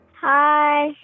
Hi